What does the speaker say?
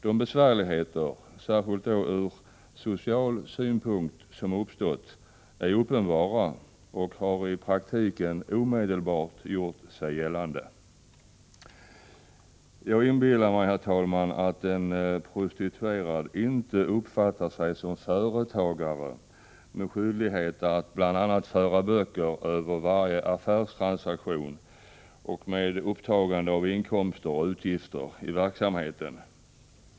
De besvärligheter, särskilt ur social synpunkt, som uppstått är uppenbara och har i praktiken omedelbart gjort sig gällande. Jag inbillar mig att en prostituerad inte uppfattar sig som företagare med skyldighet att bl.a. föra böcker över varje affärstransaktion med upptagande av inkomster och utgifter i verksamheten.